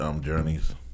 Journeys